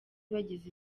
bagize